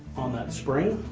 on that spring,